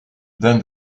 then